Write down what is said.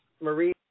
Marie